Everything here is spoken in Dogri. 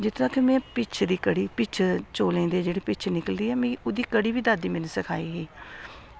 ते कन्नै पिश दी कढ़ी चौले दा पानी पिश कढ़ी पिश दी कढ़ी निकलदी ऐ ओह्बी मिगी दादी नै सखाई ही